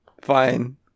Fine